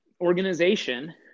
organization